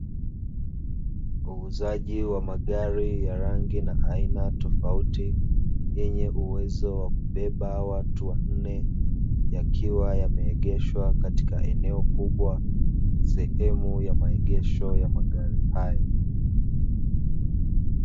Wauzaji wa magari ya rangi na aina tofauti yenye uwezo wa kubeba watu wanne yakiwa yameegeshwa katika eneo kubwa sehemu ya maegesho ya magari hayo.